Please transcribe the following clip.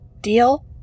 Deal